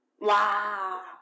Wow